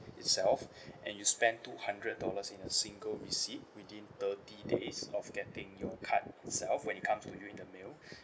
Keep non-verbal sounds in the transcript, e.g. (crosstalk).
itself and you spend two hundred dollars in a single receipt within thirty days of getting your card itself when it comes to you in the mail (breath)